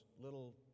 little